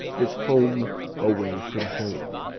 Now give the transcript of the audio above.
its home away from home.